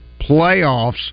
playoffs